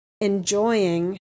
enjoying